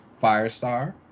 Firestar